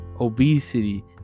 obesity